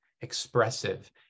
expressive